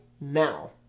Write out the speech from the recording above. now